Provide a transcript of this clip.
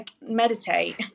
meditate